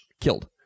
killed